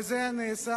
וזה נעשה